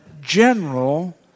general